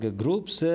groups